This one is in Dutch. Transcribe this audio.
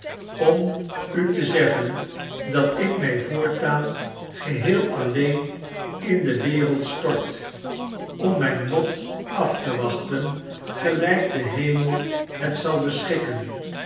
om u te zeggen dat ik mij voortaan geheel alleen in de wereld stort om mijn lot af te wachten gelijk de hemel het zal beschikken